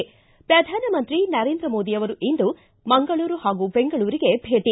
ಿ ಪ್ರಧಾನಮಂತ್ರಿ ನರೇಂದ್ರ ಮೋದಿ ಅವರು ಇಂದು ಮಂಗಳೂರು ಹಾಗೂ ಬೆಂಗಳೂರಿಗೆ ಭೇಟಿ